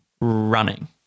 running